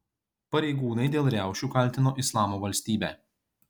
pareigūnai dėl riaušių kaltino islamo valstybę